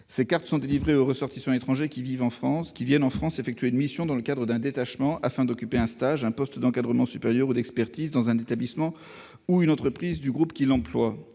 Ces cartes sont délivrées aux ressortissants étrangers qui viennent en France effectuer une mission dans le cadre d'un détachement afin de suivre un stage, d'occuper un poste d'encadrement supérieur ou d'expertise dans un établissement ou une entreprise du groupe qui les emploie.